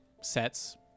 sets